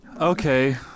Okay